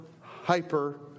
hyper